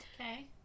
Okay